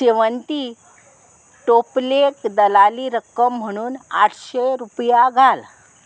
शेवंती टोपलेक दलाली रक्कम म्हणून आठशें रुपया घाल